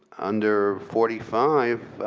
under forty five